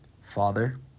Father